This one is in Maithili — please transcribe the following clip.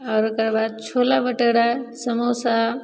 और ओकर बाद छोला भटूरा समोसा